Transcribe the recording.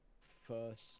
first